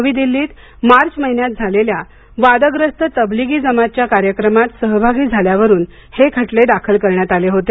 नवी दिल्लीत मार्च महिन्यात झालेल्या वादग्रस्त तबलीघी जमातच्या कार्यक्रमात सहभागी झाल्यावरून हे खटले दाखल करण्यात आले होते